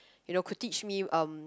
you know could teach me um